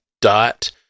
Dot